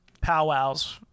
powwows